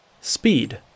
Speed